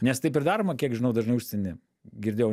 nes taip ir daroma kiek žinau dažnai užsieny girdėjau